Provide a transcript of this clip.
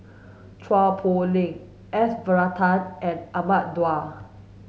Chua Poh Leng S Varathan and Ahmad Daud